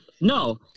no